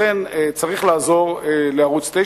לכן צריך לעזור לערוץ-9.